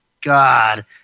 god